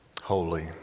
holy